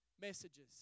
Messages